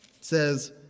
says